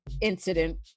incident